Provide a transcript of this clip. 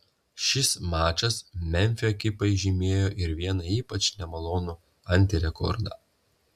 šis mačas memfio ekipai žymėjo ir vieną ypač nemalonų antirekordą